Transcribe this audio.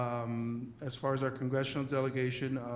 um as far as our congressional delegation,